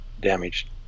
damaged